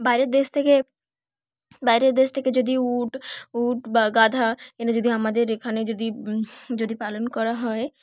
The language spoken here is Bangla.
বাইরের দেশ থেকে বাইরের দেশ থেকে যদি উট উট বা গাধা এনে যদি আমাদের এখানে যদি যদি পালন করা হয়